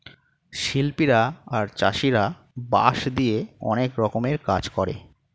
শিল্পীরা আর চাষীরা বাঁশ দিয়ে অনেক রকমের কাজ করে